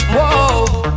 Whoa